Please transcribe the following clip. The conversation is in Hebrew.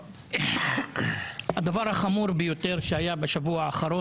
לא, לא, לא.